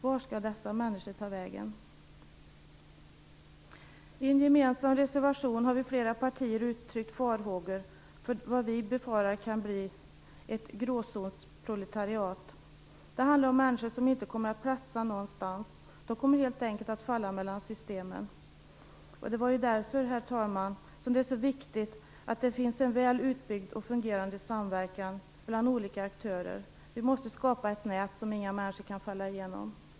Vart skall dessa människor ta vägen? I en gemensam reservation har vi från flera partier uttryckt farhågor för ett gråzonsproletariat. Det handlar om människor som inte kommer att platsa någonstans. De kommer helt enkelt att falla mellan systemen. Det är ju därför, herr talman, som det är så viktigt att det finns en väl utbyggd och fungerande samverkan bland olika aktörer. Vi måste skapa ett nät som inga människor kan falla igenom.